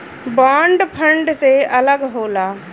bond fund से अलग होला